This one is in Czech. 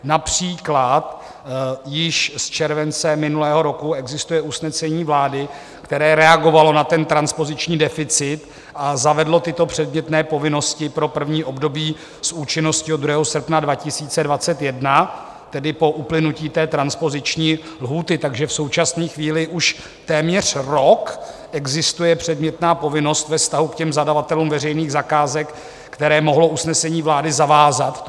Například již z července minulého roku existuje usnesení vlády, které reagovalo na ten transpoziční deficit a zavedlo tyto předmětné povinnosti pro první období s účinností od 2. srpna 2021, tedy po uplynutí transpoziční lhůty, takže v současné chvíli už téměř rok existuje předmětná povinnost ve vztahu k zadavatelům veřejných zakázek, které mohlo usnesení vlády zavázat.